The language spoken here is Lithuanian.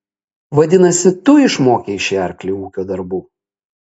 vadinasi tu išmokei šį arklį ūkio darbų